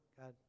God